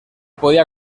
podía